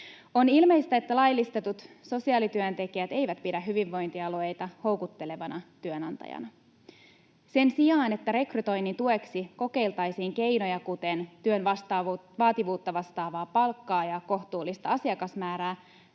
On ilmeistä, että laillistetut sosiaalityöntekijät eivät pidä hyvinvointialueita houkuttelevana työnantajana. Sen sijaan, että rekrytoinnin tueksi kokeiltaisiin keinoja, kuten työn vaativuutta vastaavaa palkkaa ja kohtuullista asiakasmäärää,